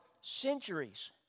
centuries